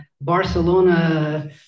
Barcelona